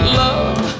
love